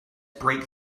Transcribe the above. break